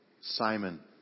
Simon